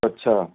ਅੱਛਾ